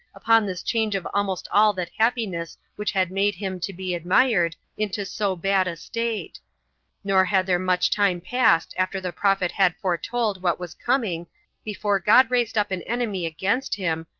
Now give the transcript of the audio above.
upon this change of almost all that happiness which had made him to be admired, into so bad a state nor had there much time passed after the prophet had foretold what was coming before god raised up an enemy against him,